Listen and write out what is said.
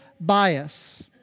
bias